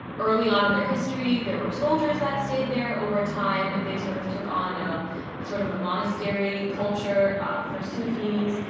early on in their history, there were soldiers that stayed there. over time, they sort of took on a sort of monastery culture for sufis.